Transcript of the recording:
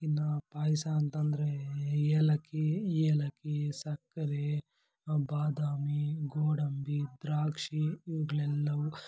ಇನ್ನು ಪಾಯಸ ಅಂತಂದರೆ ಏಲಕ್ಕಿ ಏಲಕ್ಕಿ ಏಲಕ್ಕಿ ಸಕ್ಕರೆ ಬಾದಾಮಿ ಗೋಡಂಬಿ ದ್ರಾಕ್ಷಿ ಇವುಗಳೆಲ್ಲವು